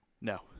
no